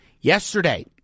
Yesterday